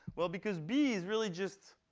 well, because b is really just